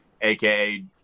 AKA